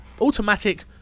automatic